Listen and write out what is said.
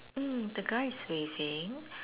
mm the guy is waving